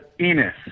Enos